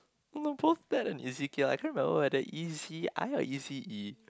no both bet on Eci I can't remember whether E_C_I or E_C_E